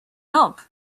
help